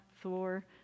Thor